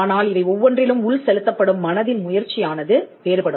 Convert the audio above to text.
ஆனால் இவை ஒவ்வொன்றிலும் உள் செலுத்தப்படும் மனதின் முயற்சியானது வேறுபடும்